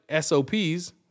SOPs